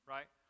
Right